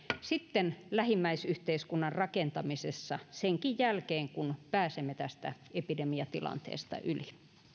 sitten lähimmäisyhteiskunnan rakentamisessa senkin jälkeen kun pääsemme tästä epidemiatilanteesta yli